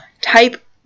type